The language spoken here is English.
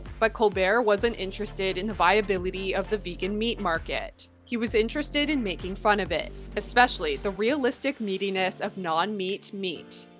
but colbert wasn't interested in the viability of the vegan meat market. he was interested in making fun of it, especially the realistic meatiness of non-meat meat.